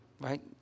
right